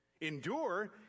Endure